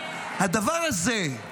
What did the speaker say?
הדבר הזה,